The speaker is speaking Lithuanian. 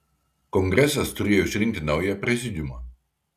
kongresas turėjo išrinkti naują prezidiumą